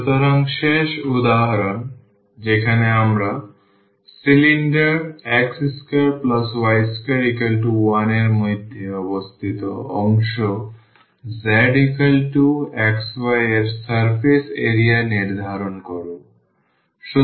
সুতরাং শেষ উদাহরণ যেখানে আমরা সিলিন্ডার x2y21 এর মধ্যে অবস্থিত অংশ zxy এর সারফেস এরিয়া নির্ধারণ করব